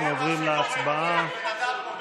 ההצבעה היא אלקטרונית.